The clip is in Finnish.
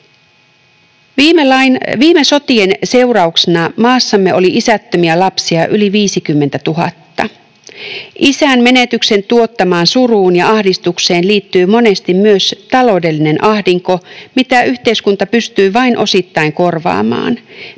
Viime sotien seurauksena maassamme oli isättömiä lapsia yli 50 000. Isän menetyksen tuottamaan suruun ja ahdistukseen liittyi monesti myös taloudellinen ahdinko, mitä yhteiskunta pystyi vain osittain korvaamaan.